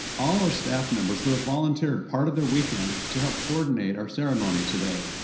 all are staff members who have volunteered part of their weekend to help coordinate our ceremony today.